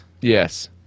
Yes